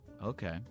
Okay